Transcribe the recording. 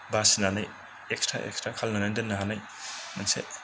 बासिनानै extra extra खालामनानै दोन्नो हानाय मोनसे